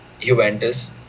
Juventus